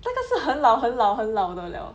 那个是很老很老很老的了